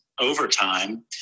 overtime